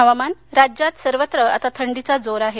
हवामान् राज्यात सर्वत्र आता थंडीचा जोर आहे